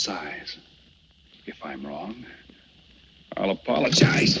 side if i'm wrong i'll apologize